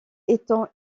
étant